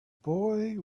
boy